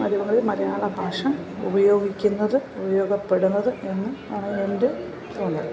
മാധ്യമങ്ങൾ മലയാള ഭാഷ ഉപയോഗിക്കുന്നത് ഉപയോഗപ്പെടുന്നത് എന്ന് ആണ് എൻ്റെ തോന്നൽ